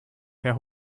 herr